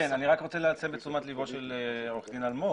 אני רוצה להסב את תשומת לבו של עורך דין אלמוג,